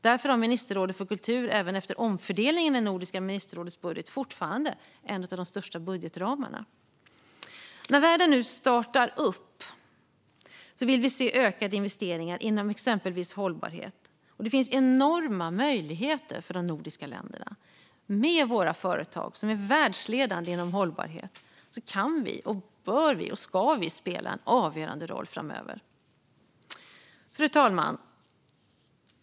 Därför har ministerrådet för kultur även efter omfördelningen i Nordiska ministerrådets budget fortfarande en av de största budgetramarna. När världen nu startar upp vill vi se ökade investeringar inom exempelvis hållbarhet. Det finns enorma möjligheter för de nordiska länderna. Med våra företag som är världsledande inom hållbarhet kan, bör och ska vi spela en avgörande roll framöver. Fru talman!